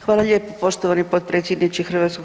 Hvala lijepo poštovani potpredsjedniče HS.